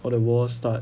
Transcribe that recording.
while the war start